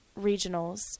regionals